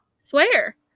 Swear